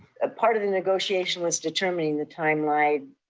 ah part of the negotiation was determining the timeline,